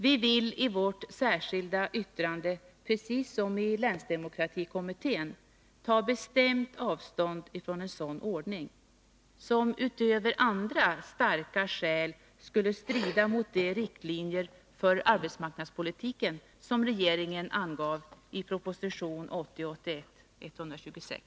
Vi vill i vårt särskilda yttrande, precis som i länsdemokratikommittén, bestämt ta avstånd från en sådan ordning som utöver andra starka skäl skulle strida mot de riktlinjer för arbetsmarknadspolitiken som regeringen angav i proposition 1980/81:126.